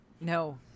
No